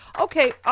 Okay